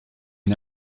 est